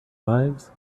lives